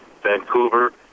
Vancouver